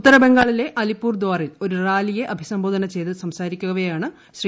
ഉത്തരബംഗാളിലെ അലിപ്പൂർ ദാറിൽ ഒരു റാലിയെ അഭിസംബോധന ചെയ്തു സംസാരിക്കവെയാണ് ശ്രീ